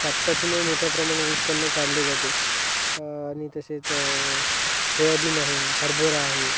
कापसातूनही मोठ्या प्रमाणात उत्पन्न काढले जाते आणि तसेच सोयाबीन आहे हरभरा आहे